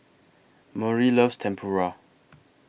Maury loves Tempura